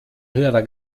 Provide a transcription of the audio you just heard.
höherer